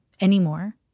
anymore